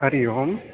Hari Om